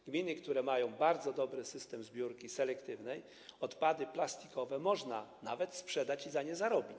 W gminach, które mają bardzo dobry system zbiórki selektywnej, odpady plastikowe można nawet sprzedać i na nich zarobić.